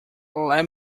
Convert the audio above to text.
let